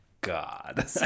god